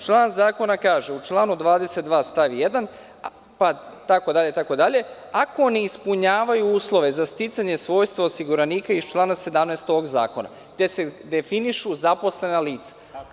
Član 22. stav 1: „… ako ne ispunjavaju uslove za sticanje svojstva osiguranika iz člana 17. ovog zakona gde se definišu zaposlena lica“